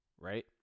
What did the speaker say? right